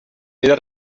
era